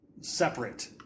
separate